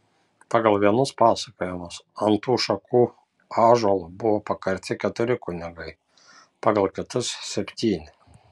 pagal vienus pasakojimus ant tų šakų ąžuolo buvo pakarti keturi kunigai pagal kitus septyni